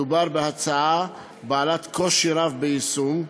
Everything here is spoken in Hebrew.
מדובר בהצעה בעלת קושי רב ביישום,